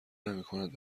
نمیکند